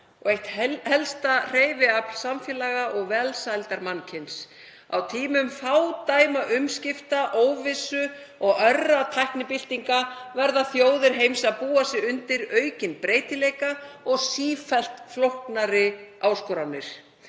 og eitt helsta hreyfiafl samfélaga og velsældar mannkyns. Á tímum fádæma umskipta, óvissu og örra tæknibyltinga verða þjóðir heims að búa sig undir aukinn breytileika og sífellt flóknari áskoranir.